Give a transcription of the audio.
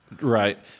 Right